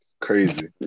Crazy